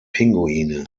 pinguine